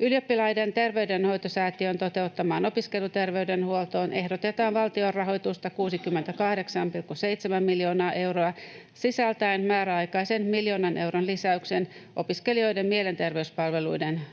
Ylioppilaiden terveydenhoitosäätiön toteuttamaan opiskeluterveydenhuoltoon ehdotetaan valtion rahoitusta 68,7 miljoonaa euroa sisältäen määräaikaisen miljoonan euron lisäyksen opiskelijoiden mielenterveyspalveluiden tukemiseen.